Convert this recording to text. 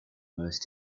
most